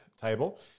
table